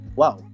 wow